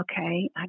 Okay